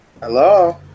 Hello